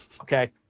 okay